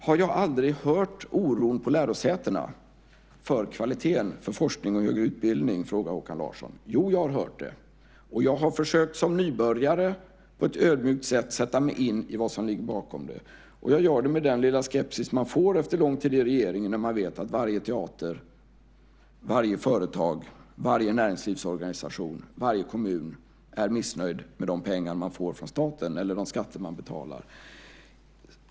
Håkan Larsson frågade om jag aldrig har hört oron för kvaliteten på forskning och högre utbildning på lärosätena. Jo, jag har hört det. Och jag har som nybörjare försökt att på ett ödmjukt sätt sätta mig in i vad som ligger bakom det. Och jag gör det med den lilla skepsis som man får efter lång tid i regeringen när man vet att varje teater, varje företag, varje näringslivsorganisation och varje kommun är missnöjd med de pengar som de får av staten eller de skatter som de betalar.